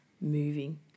moving